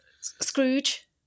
Scrooge